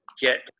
get